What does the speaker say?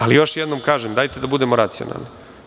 Ali, još jednom kažem, dajte da budemo racionalni.